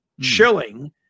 Chilling